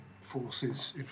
forces